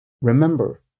Remember